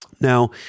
Now